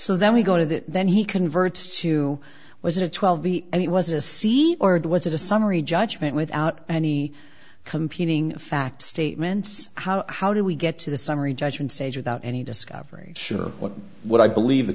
so that we go to that then he converts to was a twelve b and it was a c or was it a summary judgment without any competing fact statements how how do we get to the summary judgment stage without any discovery sure what what i believe the